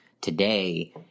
today